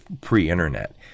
pre-internet